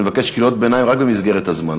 אני מבקש קריאות ביניים רק במסגרת הזמן,